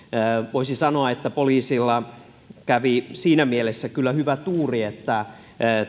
voisi sanoa että poliisilla kävi siinä mielessä kyllä hyvä tuuri että